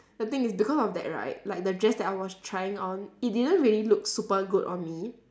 the thing is because of that right like the dress that I was trying on it didn't really look super good on me